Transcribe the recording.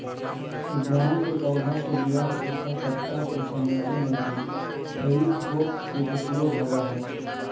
उद्यान के पौधा से गिरल सूखल पता के समेटे में भी हेइ फोक के उपयोग होवऽ हई